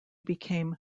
became